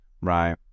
right